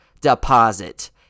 deposit